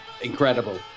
incredible